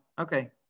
Okay